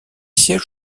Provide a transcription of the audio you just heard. siège